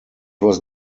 was